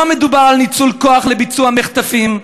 לא מדובר בניצול כוח לביצוע מחטפים,